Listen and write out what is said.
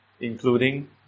including